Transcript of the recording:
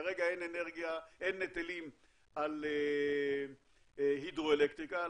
כרגע אין היטלים על הידרו אלקטריקה,